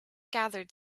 gathered